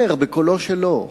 אומר בקולו שלו: